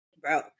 bro